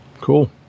Cool